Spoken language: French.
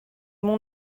monts